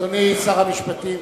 אדוני שר המשפטים,